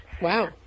wow